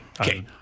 Okay